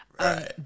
Right